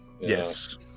Yes